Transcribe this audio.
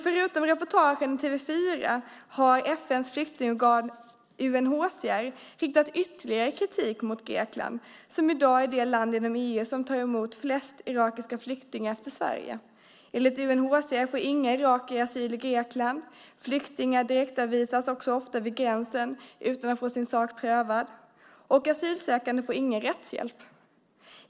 Förutom reportaget i TV 4 har även FN:s flyktingorgan UNHCR riktat kritik mot Grekland som i dag är det land inom EU som efter Sverige tar emot flest irakiska flyktingar. Enligt UNHCR får inga irakier asyl i Grekland. Flyktingar direktavvisas ofta vid gränsen utan att få sin sak prövad. Asylsökande får heller ingen rättshjälp.